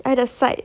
at the side